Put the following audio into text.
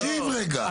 תקשיב רגע.